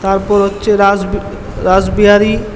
তারপর হচ্ছে রাসবিহারী